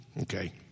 okay